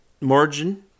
margin